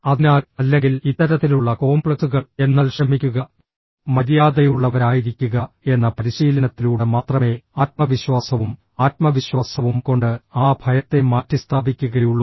അതിനാൽ അല്ലെങ്കിൽ ഇത്തരത്തിലുള്ള കോംപ്ലക്സുകൾ എന്നാൽ ശ്രമിക്കുക മര്യാദയുള്ളവരായിരിക്കുക എന്ന പരിശീലനത്തിലൂടെ മാത്രമേ ആത്മവിശ്വാസവും ആത്മവിശ്വാസവും കൊണ്ട് ആ ഭയത്തെ മാറ്റിസ്ഥാപിക്കുകയുള്ളൂ